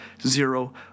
zero